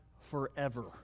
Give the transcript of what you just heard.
forever